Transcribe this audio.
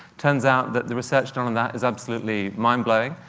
turns out that the research done on that is absolutely mind-blowing.